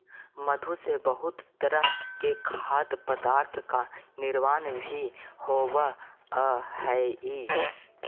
मधु से बहुत तरह के खाद्य पदार्थ का निर्माण भी होवअ हई